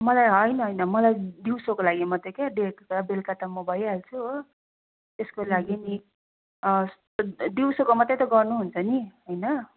मलाई होइन होइन मलाई दिउँसोको लागि मात्रै क्या बेलुका त म भइहाल्छु हो यसको लागि नि दिउँसोको मात्रै त गर्नुहुन्छ नि होइन